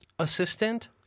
assistant